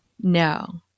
No